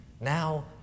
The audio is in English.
Now